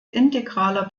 integraler